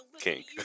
kink